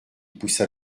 poussa